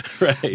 Right